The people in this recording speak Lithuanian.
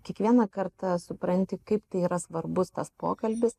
kiekvieną kartą supranti kaip tai yra svarbus tas pokalbis